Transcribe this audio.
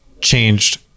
changed